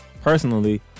Personally